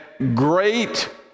great